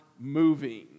moving